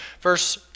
verse